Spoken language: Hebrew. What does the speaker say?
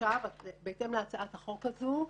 ועכשיו בהתאם להצעת החוק הזאת,